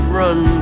run